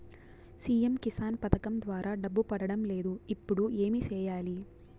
CM Kisan పథకం ద్వారా డబ్బు పడడం లేదు ఇప్పుడు ఏమి సేయాలి